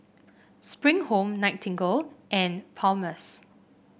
Spring Home Nightingale and Palmer's